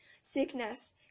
Sickness